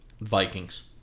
Vikings